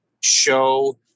show